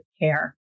care